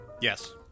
Yes